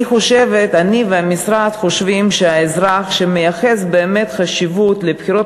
אני והמשרד חושבים שאזרח שמייחס באמת חשיבות לבחירות